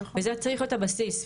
וזה צריך להיות הבסיס,